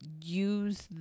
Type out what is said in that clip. use